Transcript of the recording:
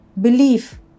belief